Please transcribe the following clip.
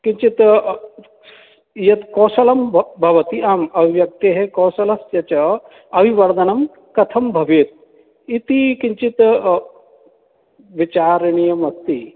किञ्चित् यत् कौशलं भवति आम् व्यक्तेः कौसलस्च अभिवर्धनं कथं भवेत् इति किञ्चित् विचारणीयम् अस्ति